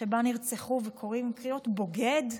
שבה נרצחו וקוראים קריאות "בוגד"